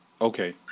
okay